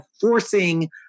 forcing